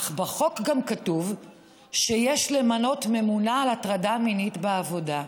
אך בחוק גם כתוב שיש למנות ממונה על הטרדה מינית בעבודה.